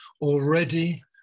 already